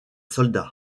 soldats